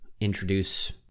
introduce